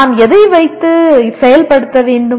நான் எதை வைத்து செயல்படுத்த வேண்டும்